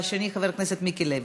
והשני, חבר הכנסת מיקי לוי.